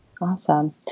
Awesome